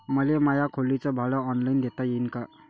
मले माया खोलीच भाड ऑनलाईन देता येईन का?